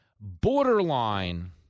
borderline